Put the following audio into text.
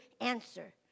answer